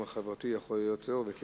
חרם חברתי יכול להיות בהקשרים שונים.